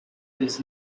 his